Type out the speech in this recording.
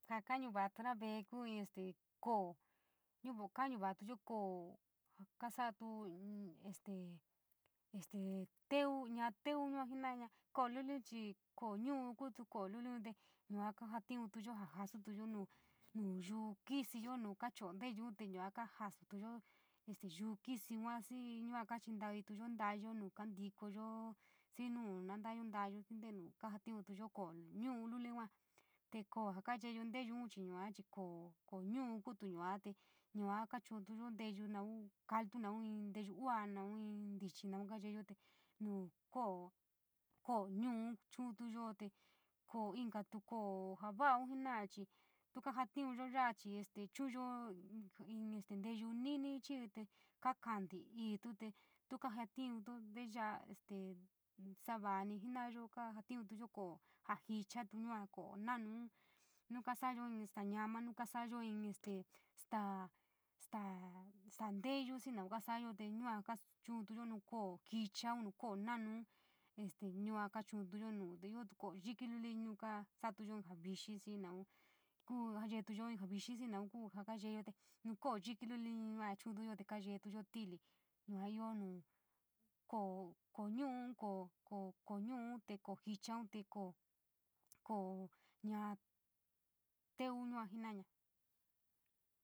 Jaa kañuva’atra ve’e kuu inn edte ku’u ñuvu kañuva’atuyo kasatu inn este, este teu, ñaa teu yua jena’aña, ko’oluliun chii ko’o ñu’u kuutu ko’o luliun te yua kajatiuntuyo ja kasutuyo nuu yuu kísíyo nuu kaa cho’o nteeyun yua kaa jasutuyo yuu kísí yua xii yua kachintaiituyo nta’ayo nuu kantikoyo, xii nuu nu ntata’ayo xii ntenu kajatiuntoyo ko’o nu’u luli yua, te ko’o ja kaa yeyo nteyu naun caltu, naun nteyuu uua, naun ntichii, kayeyo te, nu ko’o ko’o ñuun chii chu’untoyo te ko’o, inkatu ko’o, jaa vaa jena’a chii tu kajatiunyo yaa chii chu’unyo inn teeyu ni’ini chii te kaa ka’antiiito te tuu kaajatiunto nte ya’a este sa’a vani jenayo kaa ja tiuntuyo ko’o jaa jichatu ko’o na’nun nuu kasa’ayo inn staa ñama, nuu kasa’ayo inn este staa, staa, staa nteyuu xii naun kaasa’ayo te yua kachun’untuyo nuu te iootu ko’o yikí luli yuaka sa’atuyo inn javixii xii naun kuu jaa yeetuyo inn jaa vixi, xii naun kuu jaa kaa yeeyo te nuu ko’o luliun yua chu’untuyo te kaa yeetuyo inn ti’ili yua ioo nuu, ko’o ko’o ñu’u ko ko nu’un te ko’o jichan te ko ko ña’a teu yua jenaña.